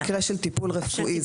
במקרה של טיפול רפואי.